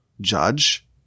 judge